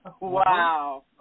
wow